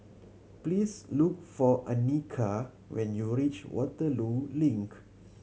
please look for Annika when you reach Waterloo Link